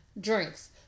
drinks